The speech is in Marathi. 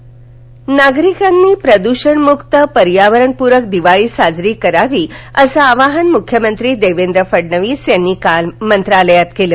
प्रद्षणमक्त दिवाळी नागरिकांनी प्रदूषणमुक्त पर्यावरणपूरक दिवाळी साजरी करण्याचं आवाहन मुख्यमंत्री देवेंद्र फडणवीस यांनी काल मंत्रालयात केलं